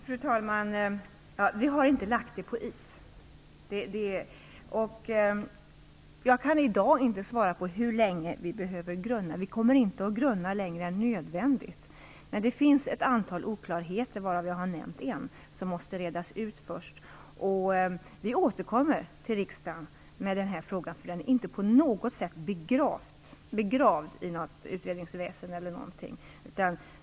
Fru talman! Vi har inte lagt frågan på is. Jag kan i dag inte svara på hur länge vi behöver grunna, men vi kommer inte att grunna längre än nödvändigt. Det finns ett antal oklarheter, varav jag har nämnt en, som måste redas ut först. Vi återkommer till riksdagen med den här frågan, för den är inte på något sätt begravd i något utredningsväsende.